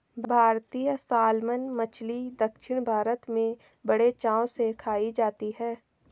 भारतीय सालमन मछली दक्षिण भारत में बड़े चाव से खाई जाती है